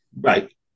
Right